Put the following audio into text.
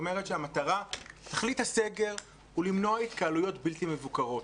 אומרת שתכלית הסגר היא למנוע התקהלויות בלתי מבוקרות.